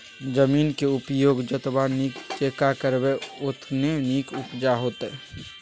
जमीनक उपयोग जतबा नीक जेंका करबै ओतने नीक उपजा होएत